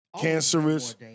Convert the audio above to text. cancerous